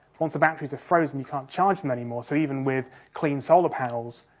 once the batteries are frozen, you can't charge them anymore, so even with clean solar panels,